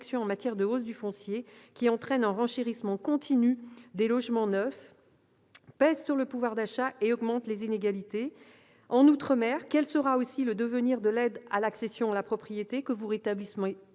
par ailleurs, quel sera le devenir de l'aide à l'accession à la propriété, que vous rétablissez